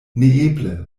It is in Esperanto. neeble